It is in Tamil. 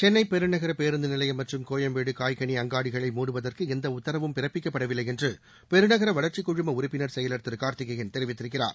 சென்னை பெருநகர பேருந்து நிலையம் மற்றும் கோயம்பேடு காய் கனி அங்காடிகளை மூடுவதற்கு எந்த உத்தரவும் பிறப்பிக்கப்படவில்லை என்று பெருநகர வளர்ச்சி குழும உறுப்பினர் செயலர் திரு கார்த்திகேயன் தெரிவித்திருக்கிறார்